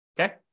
Okay